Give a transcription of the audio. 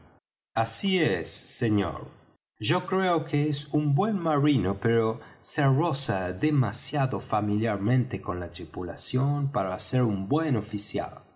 así es señor yo creo que es un buen marino pero se roza demasiado familiarmente con la tripulación para ser un buen oficial